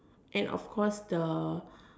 and of course the